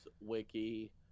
wiki